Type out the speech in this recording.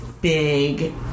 big